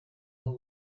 aho